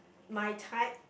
my type